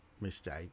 mistake